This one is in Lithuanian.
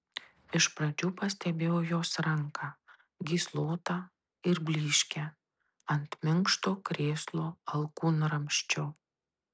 iš pradžių pastebėjau jos ranką gyslotą ir blyškią ant minkšto krėslo alkūnramsčio